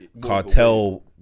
Cartel